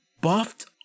buffed